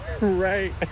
Right